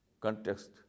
context